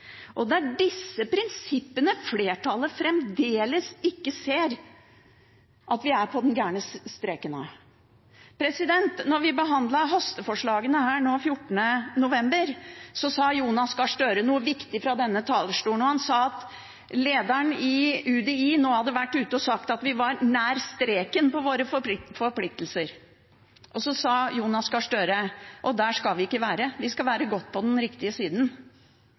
forfølgelse. Det er disse prinsippene flertallet fremdeles ikke ser at vi er på den gærne sida av streken av. Da vi behandlet hasteforslagene 14. november, sa Jonas Gahr Støre noe viktig fra denne talerstolen. Han sa at lederen i UDI hadde vært ute og sagt at vi var nær streken når det gjaldt våre forpliktelser. Jonas Gahr Støre sa også at der skal vi ikke være, vi skal være godt innenfor den riktige